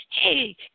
Hey